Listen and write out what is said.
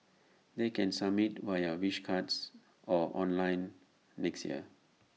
they can submit via wish cards or online next year